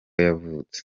yavutse